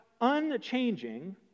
unchanging